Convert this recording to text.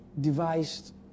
devised